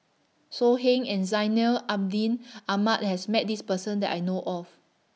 So Heng and Zainal Abidin Ahmad has Met This Person that I know of